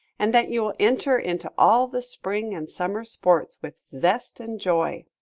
and that you will enter into all the spring and summer sports with zest and joy.